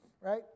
right